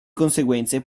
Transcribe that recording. conseguenze